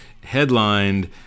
Headlined